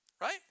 right